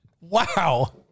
Wow